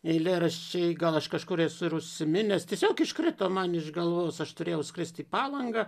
eilėraščiai gal aš kažkur esu ir užsiminęs tiesiog iškrito man iš galvos aš turėjau skrist į palangą